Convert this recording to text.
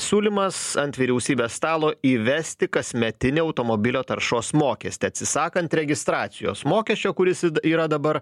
siūlymas ant vyriausybės stalo įvesti kasmetinį automobilio taršos mokestį atsisakant registracijos mokesčio kuris yra dabar